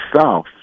South